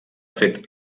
fet